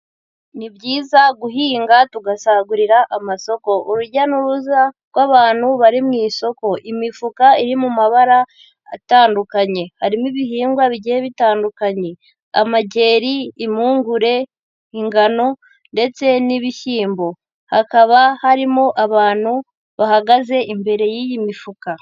Ni byiza guhinga tugasagurira amasoko, urujya n'uruza rw'abantu bari mu isoko, imifuka iri mu mabara atandukanye harimo ibihingwa bigiye bitandukanye amageri, impungure, ingano ndetse n'ibishyimbo, hakaba harimo abantu bahagaze imbere y'iyi mifuka.